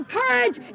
courage